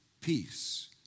peace